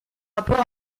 rapport